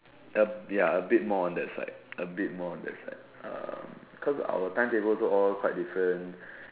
a ya a bit more on that side a bit more on that side um because our time table also all quite different